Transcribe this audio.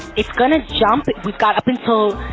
it's gonna jump, we've got up until,